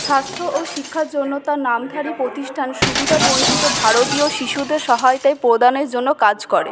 স্বাস্থ্য ও শিক্ষার জন্য তাঁর নামধারী প্রতিষ্ঠান সুবিধা বঞ্চিত ভারতীয় শিশুদের সহায়তায় প্রদানের জন্য কাজ করে